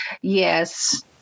Yes